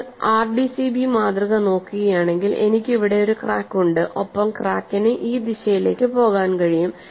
നിങ്ങൾ ആർഡിസിബി മാതൃക നോക്കുകയാണെങ്കിൽ എനിക്ക് ഇവിടെ ഒരു ക്രാക്ക് ഉണ്ട് ഒപ്പം ക്രാക്കിന് ഈ ദിശയിലേക്ക് പോകാൻ കഴിയും